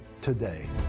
today